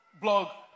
blog